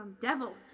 devil